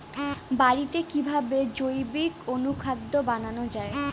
বাড়িতে কিভাবে জৈবিক অনুখাদ্য বানানো যায়?